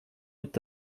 est